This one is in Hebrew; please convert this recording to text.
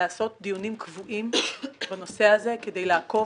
לעשות דיונים קבועים בנושא הזה כדי לעקוב